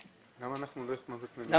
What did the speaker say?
למה אנחנו לא עולים במנדטים?